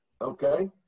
Okay